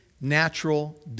natural